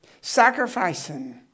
Sacrificing